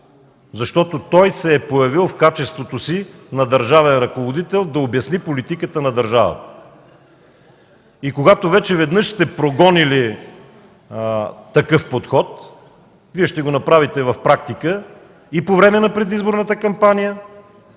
Защото той се е появил в качеството си на държавен ръководител да обясни политиката на държавата. И когато вече веднъж сте прогонили такъв подход, Вие ще го направите в практика и по време на предизборната кампания,